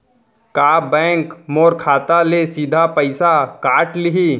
का बैंक मोर खाता ले सीधा पइसा काट लिही?